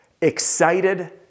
excited